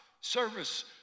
service